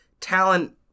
talent